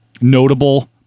notable